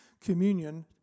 communion